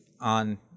on